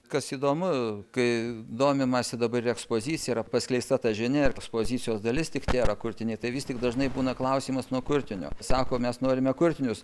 kas įdomu kai domimasi dabar ekspozicija yra paskleista ta žinia ekspozicijos dalis tik tie yra kurtiniai tai vis tik dažnai būna klausimas nuo kurtinio sako mes norime kurtinius